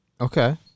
Okay